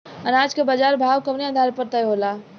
अनाज क बाजार भाव कवने आधार पर तय होला?